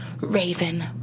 Raven